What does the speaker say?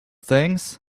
things